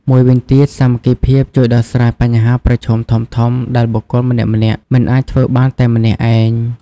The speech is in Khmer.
មួយវិញទៀត សាមគ្គីភាពជួយដោះស្រាយបញ្ហាប្រឈមធំៗដែលបុគ្គលម្នាក់ៗមិនអាចធ្វើបានតែម្នាក់ឯង។